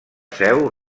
seu